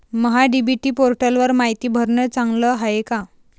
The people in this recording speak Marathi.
महा डी.बी.टी पोर्टलवर मायती भरनं चांगलं हाये का?